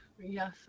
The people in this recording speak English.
Yes